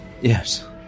Yes